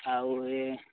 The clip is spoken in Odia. ଆଉ ଇଏ